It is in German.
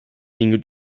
dinge